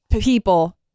people